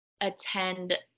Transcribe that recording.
attend